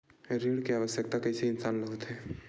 ऋण के आवश्कता कइसे इंसान ला होथे?